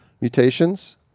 mutations